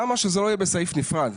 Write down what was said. למה שזה לא יהיה בסעיף נפרד?